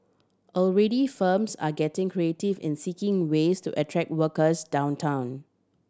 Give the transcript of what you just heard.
already firms are getting creative in seeking ways to attract workers downtown